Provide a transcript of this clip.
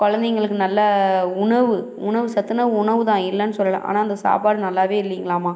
குழந்தைங்களுக்கு நல்ல உணவு உணவு சத்துணவு உணவு தான் இல்லைன்னு சொல்லலை ஆனால் அந்த சாப்பாடு நல்லாவே இல்லைங்களாம்மா